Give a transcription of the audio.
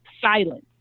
silence